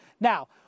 Now